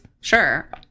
Sure